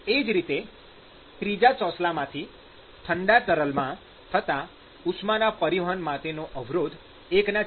એ જ રીતે ત્રીજા ચોસલામાંથી ઠંડા તરલમાં થતાં ઉષ્માના પરિવહન માટેનો અવરોધ 1h2A છે